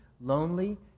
lonely